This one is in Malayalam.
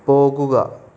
പോകുക